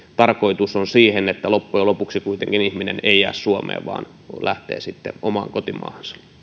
tarkoitus on se että loppujen lopuksi kuitenkaan ihminen ei jää suomeen vaan lähtee sitten omaan kotimaahansa